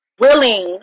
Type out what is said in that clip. willing